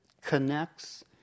connects